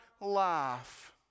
life